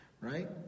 Right